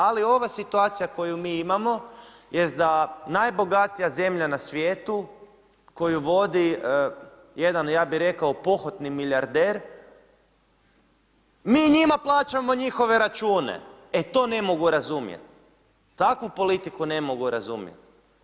Ali ova situacija koju mi imamo, jest da najbogatija zemlja na svijetu, koju vodi jedan, ja bi rekao, pohotni milijarder, mi njima plaćamo njihove račune, e to ne mogu razumijete, takvu politiku ne mogu razumjeti.